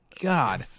God